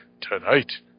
tonight